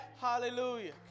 Hallelujah